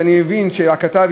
אני מבין שהכתב,